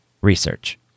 research